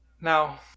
Now